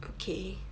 okay